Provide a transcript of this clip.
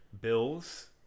Bills